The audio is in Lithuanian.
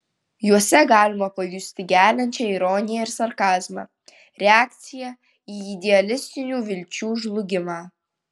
juose galima pajusti geliančią ironiją ir sarkazmą reakciją į idealistinių vilčių žlugimą